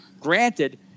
granted